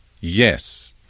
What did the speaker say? yes